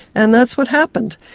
and that's what happened.